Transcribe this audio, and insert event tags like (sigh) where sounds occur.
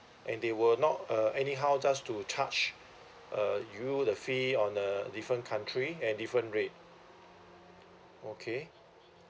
and they were not uh anyhow just to charge (breath) uh you the fee on the different country and different rate okay